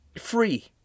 free